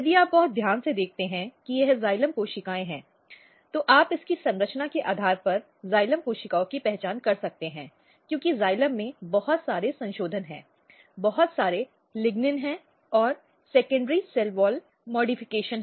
यदि आप बहुत ध्यान से देखते हैं कि यह जाइलम कोशिकाएं हैं तो आप इसकी संरचना के आधार पर जाइलम कोशिकाओं की पहचान कर सकते हैं क्योंकि जाइलम में बहुत सारे संशोधन हैं बहुत सारे लिग्निनऔर सेकेंडरी सेल वॉल संशोधन